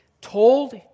told